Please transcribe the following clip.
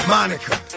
Monica